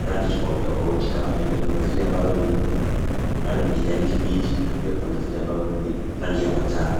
rangi tofauti tofauti kama vile kuna zile ambazo ni bado ni kijani kibichi na pia kuna zile ambazo ni rangi ya manjano.